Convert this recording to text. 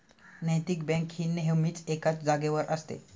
नैतिक बँक ही नेहमीच एकाच जागेवर असते